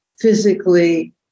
physically